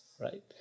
right